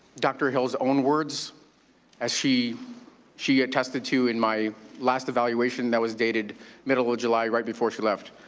dr. hill's own words as she she attested to in my last evaluation that was dated middle of july, right before she left.